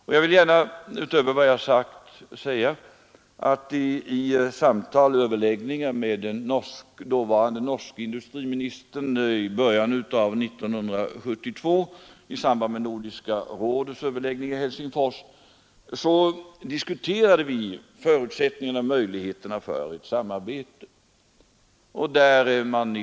Utöver vad jag sagt vill jag gärna framhålla att vi vid överläggningar med den dåvarande norske industriministern i början av 1972 i samband med Nordiska rådets överläggningar i Helsingfors diskuterade förutsättningarna och möjligheterna för ett samarbete.